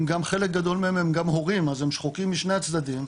חלק גדול מהם גם הורים אז הם שחוקים משני הצדדים.